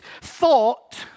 thought